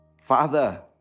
Father